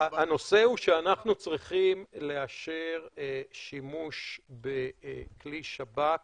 הנושא הוא שאנחנו צריכים לאשר שימוש בכלי שב"כ